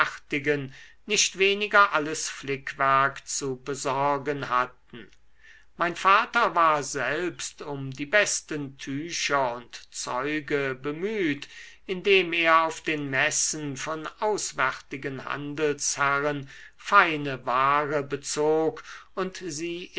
nicht weniger alles flickwerk zu besorgen hatten mein vater war selbst um die besten tücher und zeuge bemüht indem er auf den messen von auswärtigen handelsherren feine ware bezog und sie